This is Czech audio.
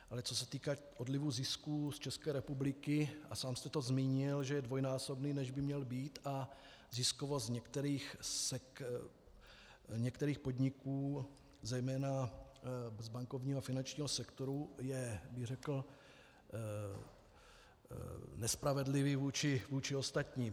Ale co se týká odlivu zisků z České republiky, a sám jste to zmínil, že je dvojnásobný, než by měl být, a ziskovost některých podniků zejména z bankovního a finančního sektoru je, bych řekl, nespravedlivý vůči ostatním.